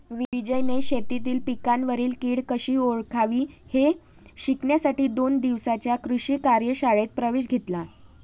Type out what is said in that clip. विजयने शेतीतील पिकांवरील कीड कशी ओळखावी हे शिकण्यासाठी दोन दिवसांच्या कृषी कार्यशाळेत प्रवेश घेतला